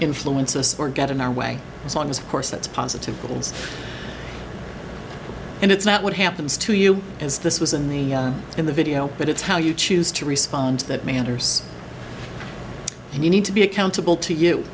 influence us or get in our way as long as of course that's positive goals and it's not what happens to you as this was in the in the video but it's how you choose to respond that manders and you need to be accountable to you